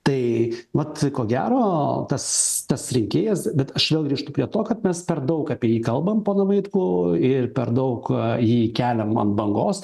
tai vat ko gero tas tas rinkėjas bet aš vėl grįžtu prie to kad mes per daug apie jį kalbam poną vaitkų ir per daug jį keliam ant bangos